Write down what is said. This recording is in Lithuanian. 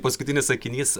paskutinis sakinys